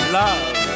love